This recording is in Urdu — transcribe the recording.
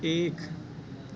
ایک